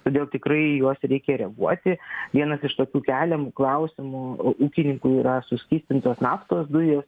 todėl tikrai į juos reikia reaguoti vienas iš tokių keliamų klausimų ūkininkui yra suskystintos naftos dujos